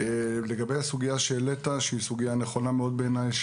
לגבי הסוגיה שהעלית שהיא סוגיה נכונה מאוד בעיניי,